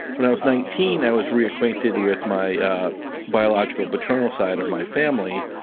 when i was nineteen, i was reacquainted with my biological paternal side of my family,